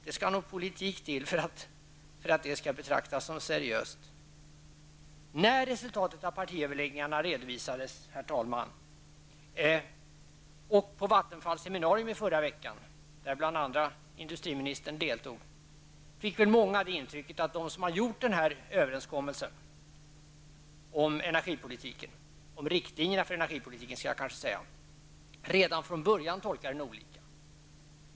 Det är nog bara inom politiken som detta kan betraktas som seriöst. Herr talman! När resultatet av partiöverläggningarna redovisades och på Vattenfalls seminarium i förra veckan, där bl.a. industriministern deltog, fick många det intrycket att de som har träffat överenskommelsen om riktlinjerna för energipolitiken redan från början tolkar den olika.